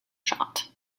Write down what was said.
shot